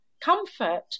comfort